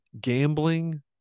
gambling